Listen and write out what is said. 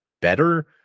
better